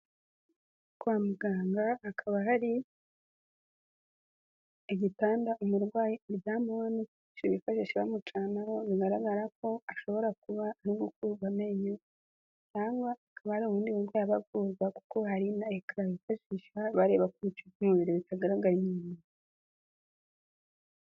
Kwa muganga, hakaba hari igitanda umurwayi aryamaho n'ibikoresho bifashisha bamucanaho, bigaragara ko ashobora kuba ari gukurwa amenyo cyangwa hakaba hari ubundi burwayi aba avuza, kuko hari na ekara bifashisha bareba ku bindi bice by'umubiri bitagaragara inyuma.